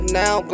now